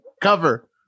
cover